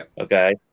Okay